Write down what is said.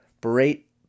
Berate